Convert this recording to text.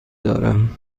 دارم